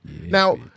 Now